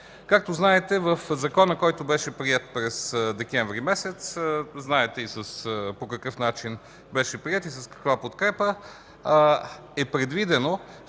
Както знаете в закона, който беше приет през месец декември, знаете и по какъв начин беше приет и с каква подкрепа, е предвидено,